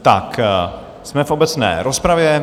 Tak, jsme v obecné rozpravě.